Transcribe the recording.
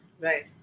Right